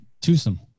twosome